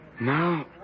Now